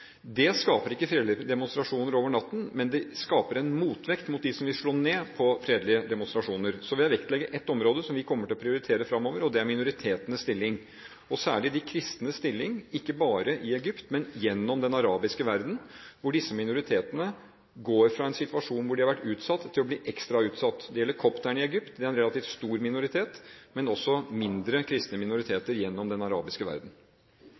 Det skaper ikke fredelige demonstrasjoner over natten, men det skaper en motvekt til dem som vil slå ned på fredelige demonstrasjoner. Så vil jeg vektlegge et område som vi kommer til å prioritere fremover, og det er minoritetenes stilling, og særlig de kristnes stilling – ikke bare i Egypt, men i den arabiske verden, hvor disse minoritetene går fra en situasjon hvor de har vært utsatt, til å bli ekstra utsatt. Det gjelder kopterne i Egypt, det er en relativt stor minoritet, men også mindre kristne minoriteter i den arabiske verden.